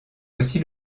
aussi